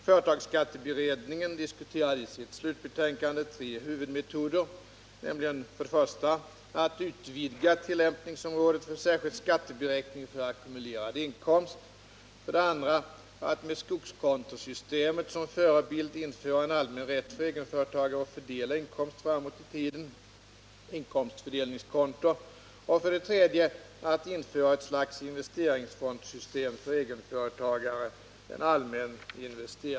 Företagsskatteberedningen diskuterade i sitt slutbetänkande tre huvudmetoder, nämligen för det första att utvidga tillämpningsområdet för särskild skatteberäkning för ackumulerad inkomst, för det andra att — med skogskontosystemet som förebild — införa en allmän rätt för egenföretagare att fördela inkomst framåt i tiden , för det tredje att införa ett slags investeringsfondssystem för egenföretagare .